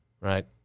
right